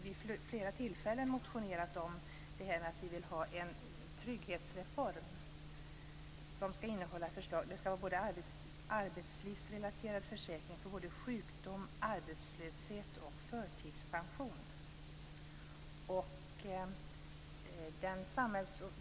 Vid flera tillfällen har vi motionerat om att vi vill ha en trygghetsreform som ska innehålla en arbetslivsrelaterad försäkring för sjukdom, arbetslöshet och förtidspension.